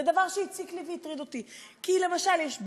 זה דבר שהציק לי והטריד אותי, כי למשל יש בעיות,